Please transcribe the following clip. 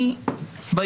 שוב,